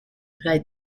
played